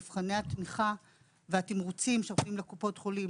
מבחני התמיכה והתמריצים שאנחנו נותנים לקופות החולים,